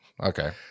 Okay